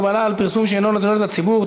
הגבלה על פרסום שאינו לתועלת הציבור),